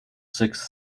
sixth